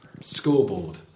scoreboard